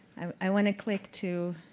i want to click to